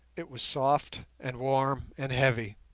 it was soft and warm and heavy.